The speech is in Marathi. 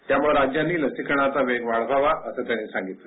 त्यामुळं राज्यांनी लसीकरणाचा वेग वाढवावा असं त्यांनी सांगितलं